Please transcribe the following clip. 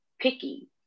picky